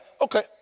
okay